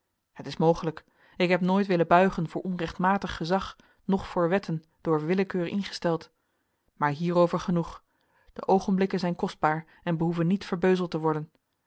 het is mogelijk ik heb nooit willen buigen voor onrechtmatig gezag noch voor wetten door willekeur ingesteld maar hierover genoeg de oogenblikken zijn kostbaar en behoeven niet verbeuzeld te worden